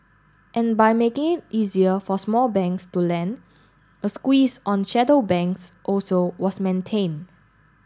and by making it easier for small banks to lend a squeeze on shadow banks also was maintain